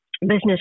Business